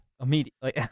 Immediately